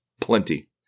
plenty